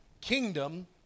Kingdom